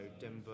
Denver